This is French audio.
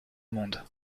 monde